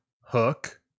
Hook